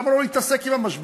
למה לו להתעסק עם המשבר?